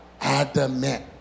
Adamant